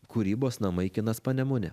kūrybos namai kinas panemunė